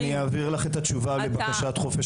אני אעביר לך את התשובה לבקשת חופש